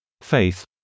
faith